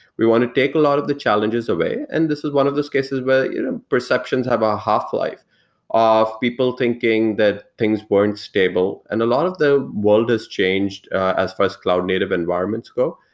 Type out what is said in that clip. we want to take a lot of the challenges away, and this is one of those cases where you know perceptions have a half-life of people thinking that things weren't stable, and a lot of the world has changed as far as cloud native environments go.